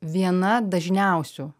viena dažniausių